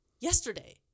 yesterday